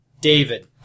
David